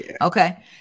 Okay